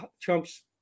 trump's